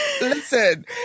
Listen